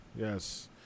yes